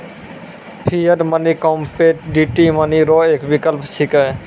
fiat money commodity money रो एक विकल्प छिकै